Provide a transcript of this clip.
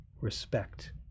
respect